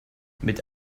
mit